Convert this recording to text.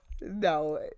no